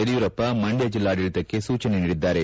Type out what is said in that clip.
ಯಡಿಯೂರಪ್ಪ ಮಂಡ್ಯ ಜೆಲ್ಲಾಡಳಿತಕ್ಕೆ ಸೂಚನೆ ನೀಡಿದ್ದಾರೆ